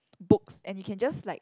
books and you can just like